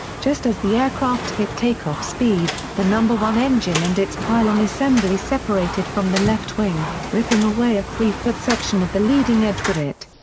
just as the aircraft hit takeoff speed, the number one engine and its pylon assembly separated from the left wing, ripping away a three foot section of the leading edge with it.